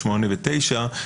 (8) ו-(9),